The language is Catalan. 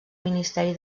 ministeri